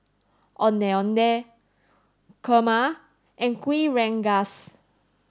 Ondeh Ondeh Kurma and Kuih Rengas